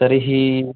तर्हि